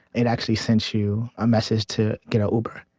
it actually sent you a message to get a uber,